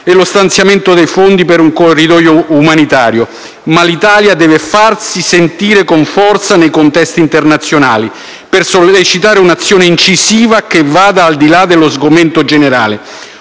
e lo stanziamento dei fondi per un corridoio umanitario. Ma l'Italia deve farsi sentire con forza nei contesti internazionali, per sollecitare un'azione incisiva che vada al di là dello sgomento generale.